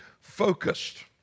focused